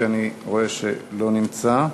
שאני רואה שהוא לא נמצא.